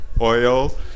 oil